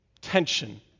tension